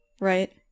right